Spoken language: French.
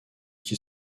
qui